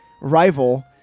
rival